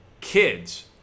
Kids